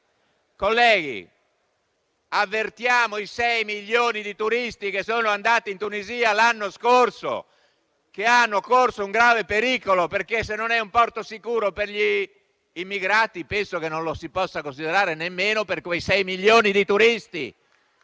Colleghi, avvertiamo i 6 milioni di turisti che sono andati in Tunisia l'anno scorso che hanno corso un grave pericolo, perché se non è un porto sicuro per gli immigrati, penso non lo si possa considerare nemmeno per quei 6 milioni di turisti